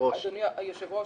אדוני היושב ראש,